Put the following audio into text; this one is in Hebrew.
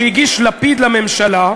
שהגיש לפיד לממשלה והכנסת,